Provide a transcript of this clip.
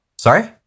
Sorry